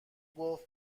گفت